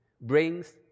brings